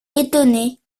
étonné